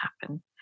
happen